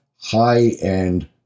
high-end